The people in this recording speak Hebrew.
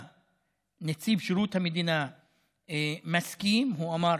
נציב שירות המדינה מסכים, הוא אמר